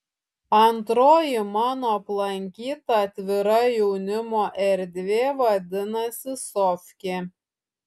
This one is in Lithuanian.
antroji mano aplankyta atvira jaunimo erdvė vadinasi sofkė